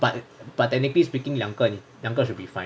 but but technically speaking 两个两个 should be fine